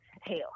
hell